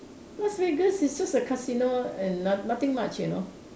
Las-Vegas is just a casino and no~ nothing much you know